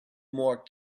more